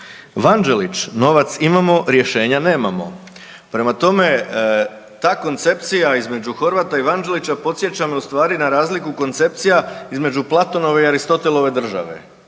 Vanđelić, novac imamo rješenja nemamo. Prema tome, ta koncepcija između Horvata i Vanđelića podsjeća me u stvari na razliku koncepcija između Platonove i Aristotelove države